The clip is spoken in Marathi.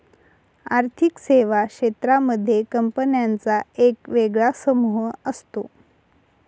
आर्थिक सेवा क्षेत्रांमध्ये कंपन्यांचा एक वेगळा समूह असतो